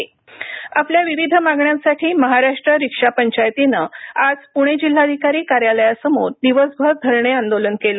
आंदोलन आपल्या विविध मागण्यांसाठी महाराष्ट्र रिक्षा पंचायतीनं आज पुणे जिल्हाधिकारी कार्यालयासमोर दिवसभर धरणे आंदोलन केलं